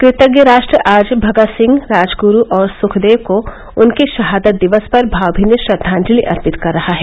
कृतज्ञ राष्ट्र आज भगत सिंह राजगुरू और सुखदेव को उनके शहादत दिवस पर भावमीनी श्रद्वांजलि अर्पित कर रहा है